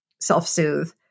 self-soothe